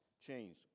change